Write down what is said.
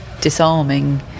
disarming